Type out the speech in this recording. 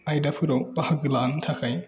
आयदाफोराव बाहागो लानो थाखाय